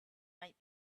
might